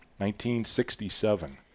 1967